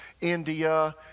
India